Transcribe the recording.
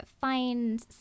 find